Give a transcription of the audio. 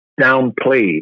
downplayed